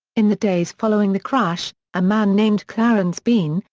in the days following the crash, a man named clarence bean,